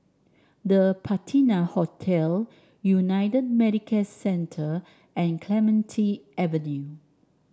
The Patina Hotel United Medicare Centre and Clementi Avenue